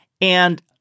And-